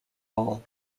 hall